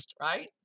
Right